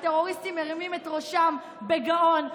הטרוריסטים מרימים את ראשם בגאון,